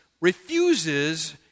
refuses